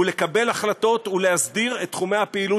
הוא לקבל החלטות ולהסדיר את תחומי הפעילות